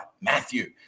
Matthew